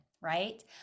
right